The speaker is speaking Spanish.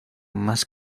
más